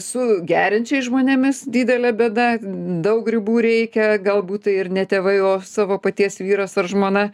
su geriančiais žmonėmis didelė bėda daug ribų reikia galbūt tai ir ne tėvai o savo paties vyras ar žmona